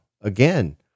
again